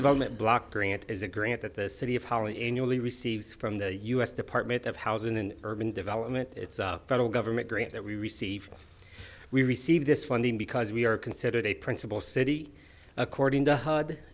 development block grant is a grant that the city of holland annually receives from the u s department of housing and urban development it's a federal government grant that we receive we receive this funding because we are considered a principal city according to hu